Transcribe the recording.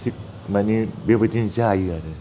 थिक माने बेबादि जायो आरो